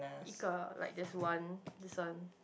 一个 like there's one this one